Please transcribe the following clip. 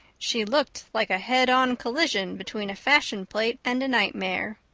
she looked like a head-on collision between a fashion plate and a nightmare.